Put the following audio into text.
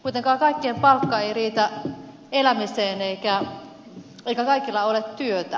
kuitenkaan kaikkien palkka ei riitä elämiseen eikä kaikilla ole työtä